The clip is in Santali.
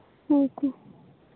ᱦᱮᱸ ᱛᱚ